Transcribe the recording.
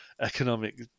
economic